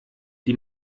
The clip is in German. die